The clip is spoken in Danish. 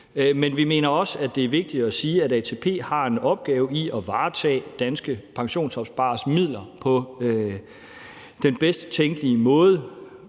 men vi mener også, at det er vigtigt at sige, at ATP har en opgave i at varetage danske pensionsopspareres midler på den bedst tænkelige måde.